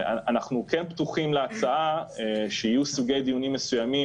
אנחנו כן פתוחים להצעה שיהיו סוגי דיונים מסוימים